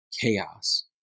chaos